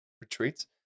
retreats